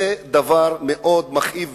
זה דבר מאוד מכאיב.